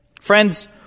Friends